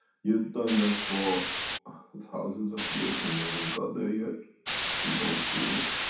you've done that for thousands of years and you haven't got there yet you don't see it.